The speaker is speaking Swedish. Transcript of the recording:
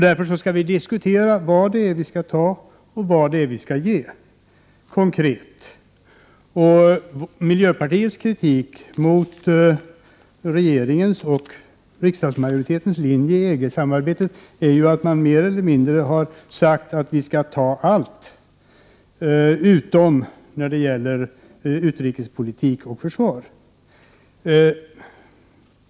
Därför skall vi diskutera vad vi skall ta och vad vi skall ge, konkret. Miljöpartiets kritik mot regeringens och riksdagsmajoritetens linje i EG-samarbetet är ju att man mer eller mindre har sagt att vi skall ta allt, utom när det gäller utrikespolitik och försvar.